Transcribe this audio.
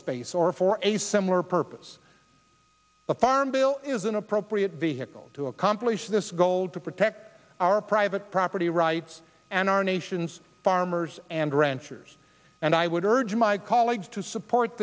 space or for a similar purpose a farm bill is an appropriate vehicle to accomplish this goal to protect our private property rights and our nation's farmers and ranchers and i would urge my colleagues to support